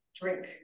drink